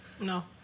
No